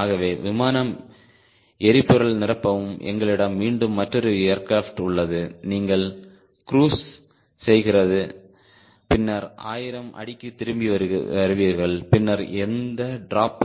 ஆகவே விமானம் எரிபொருள் நிரப்பவும் எங்களிடம் மீண்டும் மற்றொரு ஏர்கிராப்ட் உள்ளது நீங்கள் க்ருஸ் செய்கிறீர்கள் பின்னர் ஆயிரம் அடிக்கு திரும்பி வருவீர்கள் பின்னர் எந்த டிராப்